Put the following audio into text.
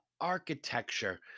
architecture